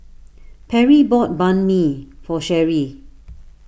Perri bought Banh Mi for Sherrie